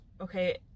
okay